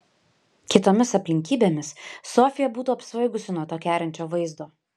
kitomis aplinkybėmis sofija būtų apsvaigusi nuo to kerinčio vaizdo